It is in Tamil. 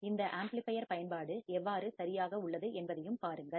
இந்த பெருக்கிகளின்ஆம்ப்ளிபையர் பயன்பாடு எவ்வாறு சரியாக உள்ளது என்பதையும் பாருங்கள்